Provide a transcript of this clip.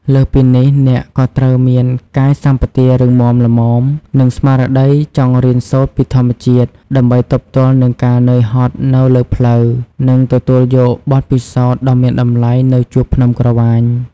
លើសពីនេះអ្នកក៏ត្រូវមានកាយសម្បទារឹងមាំល្មម និងស្មារតីចង់រៀនសូត្រពីធម្មជាតិ ដើម្បីទប់ទល់នឹងការនឿយហត់នៅលើផ្លូវ និងទទួលយកបទពិសោធន៍ដ៏មានតម្លៃនៅជួរភ្នំក្រវាញ។